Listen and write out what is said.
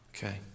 Okay